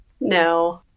No